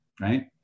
right